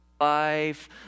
life